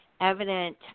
evident